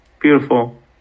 Beautiful